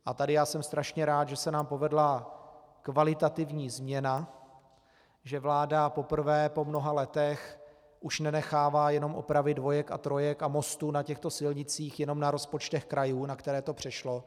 A tady jsem strašně rád, že se nám povedla kvalitativní změna, že vláda poprvé po mnoha letech už nenechává jenom opravy dvojek a trojek a mostů na těchto silnicích jenom na rozpočtech krajů, na které to přešlo.